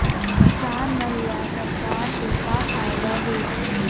किसान मन ला सरकार से का फ़ायदा हे?